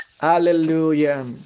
Hallelujah